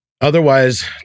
otherwise